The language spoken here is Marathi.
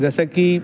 जसं की